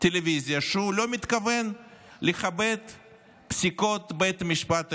טלוויזיה שהוא לא מתכוון לכבד את פסיקות בית המשפט העליון.